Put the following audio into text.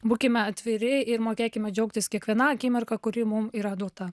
būkime atviri ir mokėkime džiaugtis kiekviena akimirka kuri mum yra duota